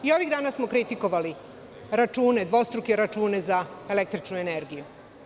I ovih dana smo kritikovali dvostruke račune za električnu energiju.